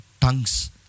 tongues